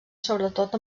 sobretot